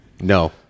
No